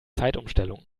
zeitumstellung